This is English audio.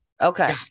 okay